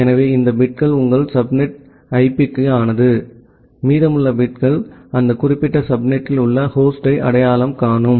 எனவே இந்த பிட்கள் உங்கள் சப்நெட் ஐபிக்கானது மீதமுள்ள பிட்கள் அந்த குறிப்பிட்ட சப்நெட்டில் உள்ள ஹோஸ்டை அடையாளம் காணும்